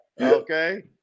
Okay